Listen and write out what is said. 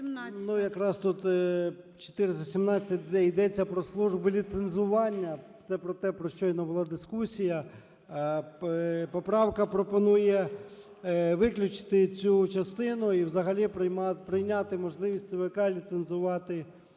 якраз тут 417-а, йдеться про Службу ліцензування. Це про те, про що щойно була дискусія. Поправка пропонує виключити цю частину і взагалі прийняти можливість ЦВК ліцензувати